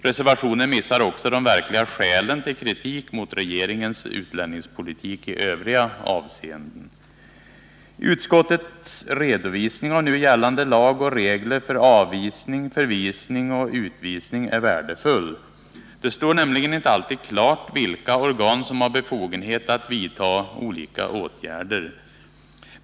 Reservationen missar också de verkliga skälen till kritik mot regeringens utlänningspolitik i övriga avseenden. Utskottets redovisning av nu gällande lag och regler för avvisning, förvisning och utvisning är värdefull. Det står inte alltid klart vilka organ som har befogenhet att vidta olika åtgärder.